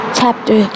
chapter